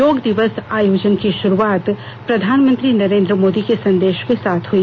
योग दिवस आयोजन की शुरूआत प्रधानमंत्री नरेन्द्र मोदी के संदेश के साथ हुई